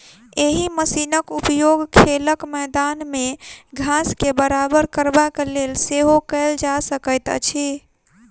एहि मशीनक उपयोग खेलक मैदान मे घास के बराबर करबाक लेल सेहो कयल जा सकैत अछि